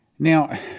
Now